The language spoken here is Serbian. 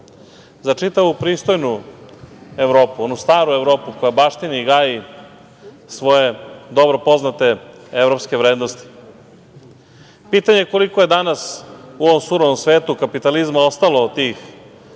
za čitavu pristojnu Evropu, onu staru Evropu koja baštini i gaji svoje dobro poznate evropske vrednosti. Pitanje koliko je danas u ovom surovom svetu kapitalizma ostalo tih